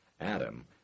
Adam